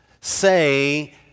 say